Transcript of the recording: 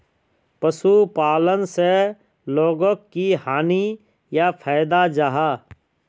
पशुपालन से लोगोक की हानि या फायदा जाहा?